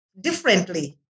differently